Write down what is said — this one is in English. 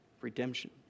Redemption